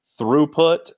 throughput